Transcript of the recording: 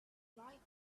right